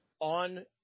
on